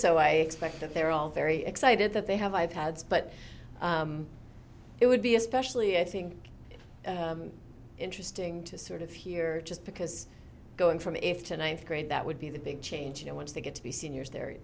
so i expect that they're all very excited that they have i've had but it would be especially i think interesting to sort of here just because going from if to ninth grade that would be the big change you know once they get to be seniors they're